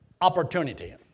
opportunity